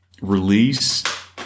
release